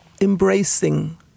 embracing